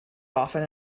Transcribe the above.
often